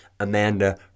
Amanda